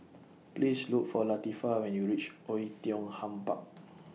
Please Look For Latifah when YOU REACH Oei Tiong Ham Park